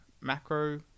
macro